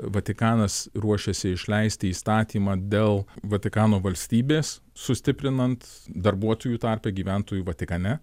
vatikanas ruošiasi išleisti įstatymą dėl vatikano valstybės sustiprinant darbuotojų tarpe gyventojų vatikane